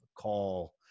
call